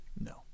No